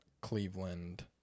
Cleveland